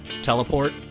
Teleport